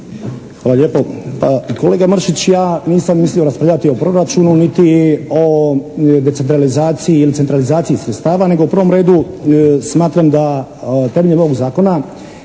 Hvala lijepo. Pa kolega Mršić ja nisam mislio raspravljati o proračunu niti o decentralizaciji ili centralizaciji sredstava, nego u prvom redu smatram da temeljem ovog Zakona